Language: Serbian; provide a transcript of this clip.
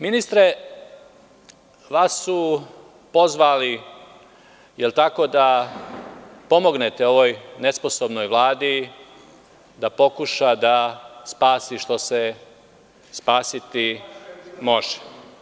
Ministre, vas su pozvali, da li je tako, da pomognete ovoj nesposobnoj Vladi da pokuša da spasi što se spasiti može?